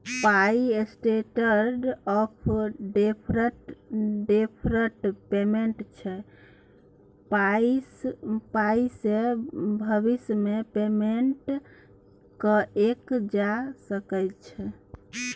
पाइ standard of deferred payment छै पाइसँ भबिस मे पेमेंट कएल जा सकै छै